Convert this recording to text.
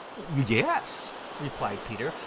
yes, replied peter.